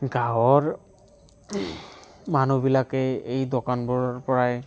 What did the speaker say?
গাঁৱৰ মানুহবিলাকে এই দোকানবোৰৰ পৰাই